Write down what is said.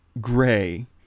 gray